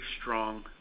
strong